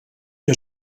que